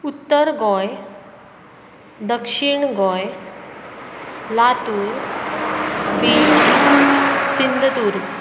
उत्तर गोंय दक्षीण गोंय लातूर बीड सिंधुदूर्ग